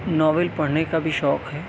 novel پڑھنے کا بھی شوق ہے